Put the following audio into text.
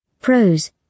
Pros